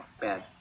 bad